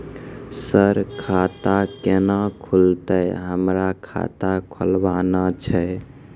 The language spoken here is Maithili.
सर खाता केना खुलतै, हमरा खाता खोलवाना छै?